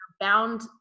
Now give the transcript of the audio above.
bound